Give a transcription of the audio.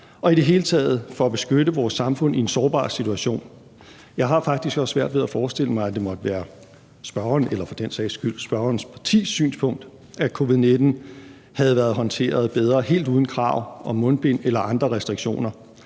og i det hele taget for at beskytte vores samfund i en sårbar situation. Jeg har faktisk også svært ved at forestille mig, at det måtte være spørgerens eller for den sags skyld spørgerens partis synspunkt, at covid-19 havde været håndteret bedre helt uden krav om mundbind eller andre restriktioner.